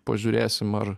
pažiūrėsim ar